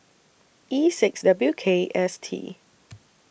E six W K S T